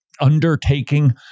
undertaking